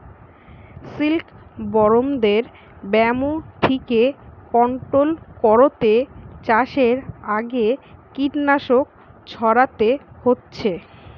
সিল্কবরমদের ব্যামো থিকে কন্ট্রোল কোরতে চাষের আগে কীটনাশক ছোড়াতে হচ্ছে